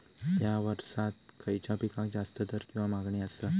हया वर्सात खइच्या पिकाक जास्त दर किंवा मागणी आसा?